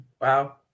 Wow